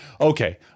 Okay